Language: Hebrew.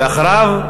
ואחריו,